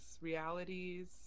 realities